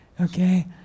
Okay